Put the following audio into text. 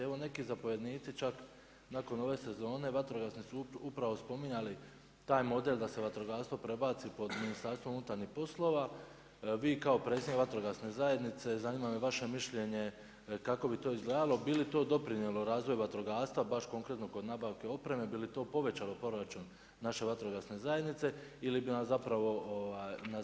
Evo neki zapovjednici su čak nakon ove sezone vatrogasne su upravo spominjali taj model da se vatrogastvo prebaci pod Ministarstvo unutarnjih poslova, vi kao predsjednik Vatrogasne zajednice, zanima me vaše mišljenje kako bi to izgledalo, bi li to doprinijelo razvoju vatrogastva baš konkretno kod nabavke opreme, bi li to povećalo proračun naše vatrogasne zajednice ili bi nas zapravo unazadilo u razvoju?